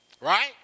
right